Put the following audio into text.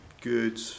good